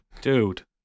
Dude